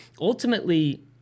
ultimately